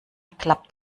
klappt